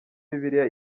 bibiliya